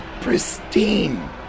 pristine